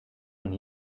and